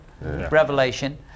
Revelation